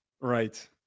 right